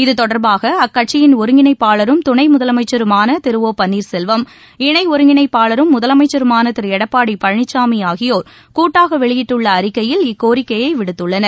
இதுதொடர்பாக அக்கட்சியின் ஒருங்கிணைப்பாளரும் துணை முதலமைச்சருமான திரு ஒபன்னீர்செல்வம் இணை ஒருங்கிணைப்பாளரும் முதலமைச்சருமான திரு எடப்பாடி பழனிசாமி ஆகியோர் கூட்டாக வெளியிட்டுள்ள அறிக்கையில் இக்கோரிக்கை விடுத்துள்ளனர்